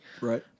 Right